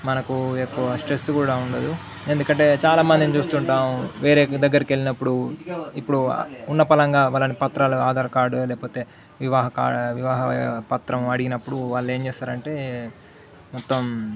మనకు ఎక్కువ స్ట్రెస్ కూడా ఉండదు ఎందుకంటే చాలామందీని చూస్తుంటాం వేరే దగ్గరికి వెళ్ళినప్పుడు ఇప్పుడు ఉన్న పళ్ళంగా వాళ్ళని పత్రాలు ఆధార్ కార్డు లేకపోతే వివాహ క వివాహ పత్రం అడిగినప్పుడు వాళ్ళు ఏం చేస్తారంటే మొత్తం